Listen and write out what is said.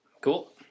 Cool